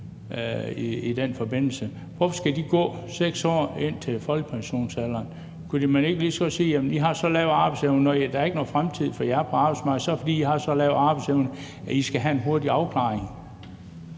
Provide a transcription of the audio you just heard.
Hvorfor skal de gå 6 år indtil folkepensionsalderen? Kunne man ikke lige så godt sige: Når der ikke er nogen fremtid for jer på arbejdsmarkedet, er det, fordi I har så lav en arbejdsevne, at I skal have en hurtig afklaring?